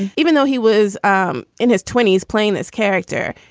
and even though he was um in his twenty s playing this character,